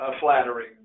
flattering